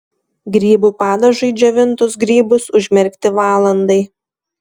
grybų padažui džiovintus grybus užmerkti valandai